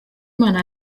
imana